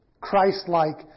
Christ-like